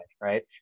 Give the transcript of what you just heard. right